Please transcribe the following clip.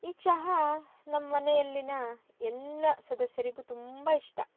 ಈ ಚಹಾ ನಮ್ಮ ಮನೆಯಲ್ಲಿನ ಎಲ್ಲ ಸದಸ್ಯರಿಗು ತುಂಬ ಇಷ್ಟ